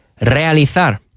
Realizar